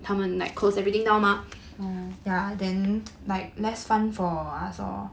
mm